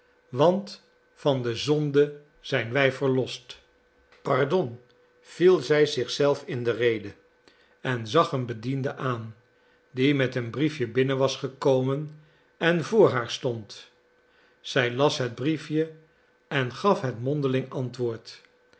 want van de zonde zijn wij verlost pardon viel zij zich zelf in de rede en zag een bediende aan die met een briefje binnen was gekomen en voor haar stond zij las het briefje en gaf het mondeling antwoord